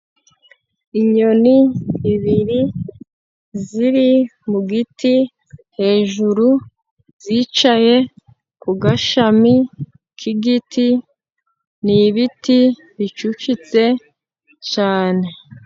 Inyoni ebyiri ziri mu giti hejuru, zicaye ku gashami k'igiti, ni ibiti bicucitse cyane.